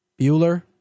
Bueller